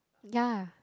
ya